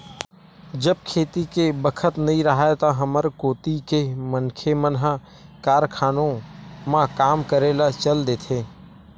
जब खेती के बखत नइ राहय त हमर कोती के मनखे मन ह कारखानों म काम करे ल चल देथे